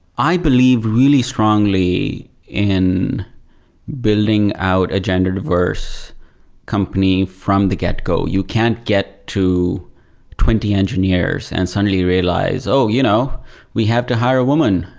i believe really strongly in building out a gender-diverse company from the get go, you can't get to twenty engineers and suddenly realize, oh! you know we have to hire a woman,